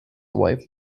wife